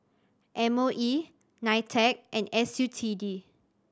M O E NITEC and S U T D